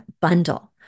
bundle